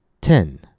ten